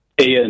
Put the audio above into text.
Ian